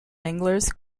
anglers